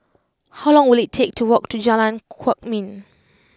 how long will it take to walk to Jalan Kwok Min